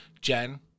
Jen